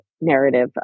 narrative